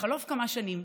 בחלוף כמה שנים,